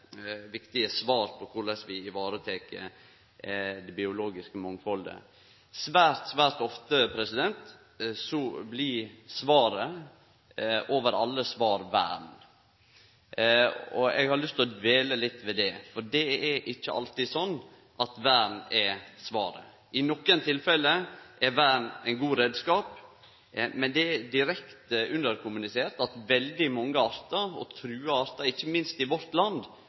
svar på korleis vi tek vare på det biologiske mangfaldet. Svært, svært ofte blir svaret over alle svar vern. Eg har lyst til å dvele litt ved det, for det er ikkje alltid sånn at vern er svaret. I nokre tilfelle er vern ein god reiskap, men det er direkte underkommunisert at veldig mange artar – og trua artar, ikkje minst i vårt land